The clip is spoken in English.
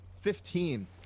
Fifteen